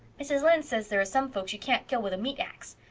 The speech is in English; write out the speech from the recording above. mrs. lynde says there are some folks you can't kill with a meat-axe.